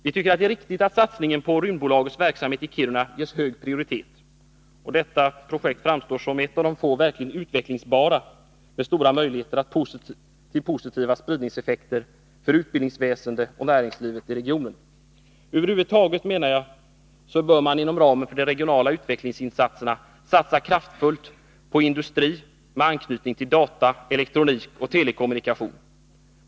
Vi tycker att det är riktigt att satsningen på Rymdbolagets verksamhet i Kiruna ges hög prioritet. Detta projekt framstår som ett av de få verkligt utvecklingsbara med stora möjligheter till positiva spridningseffekter för utbildningsväsendet och näringslivet i regionen. Över huvud taget bör man, menar jag, inom ramen för de regionala utvecklingsinsatserna satsa kraftfullt på industri med anknytning till data, elektronik och telekommunikation.